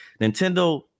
Nintendo